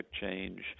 change